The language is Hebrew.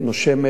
עובדת,